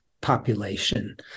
population